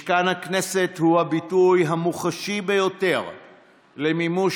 משכן הכנסת הוא הביטוי המוחשי ביותר למימוש